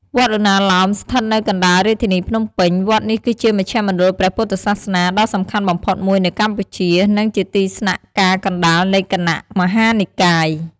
វត្តឧណ្ណាលោម ស្ថិតនៅកណ្តាលរាជធានីភ្នំពេញ វត្តនេះគឺជាមជ្ឈមណ្ឌលព្រះពុទ្ធសាសនាដ៏សំខាន់បំផុតមួយនៅកម្ពុជា និងជាទីស្នាក់ការកណ្តាលនៃគណៈមហានិកាយ។